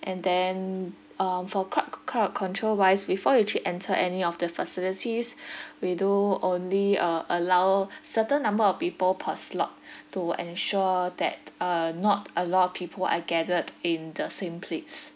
and then um for crowd crowd control wise before you actually enter any of the facilities we do only uh allow certain number of people per slot to ensure that uh not a lot of people are gathered in the same place